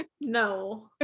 no